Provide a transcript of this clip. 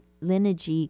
lineage